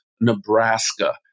Nebraska